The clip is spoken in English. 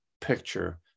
picture